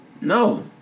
No